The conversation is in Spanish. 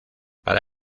para